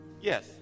Yes